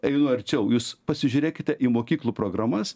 einu arčiau jūs pasižiūrėkite į mokyklų programas